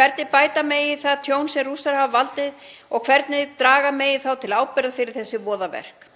hvernig bæta megi það tjón sem Rússar hafa valdið og hvernig draga megi þá til ábyrgðar fyrir þessi voðaverk.